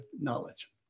knowledge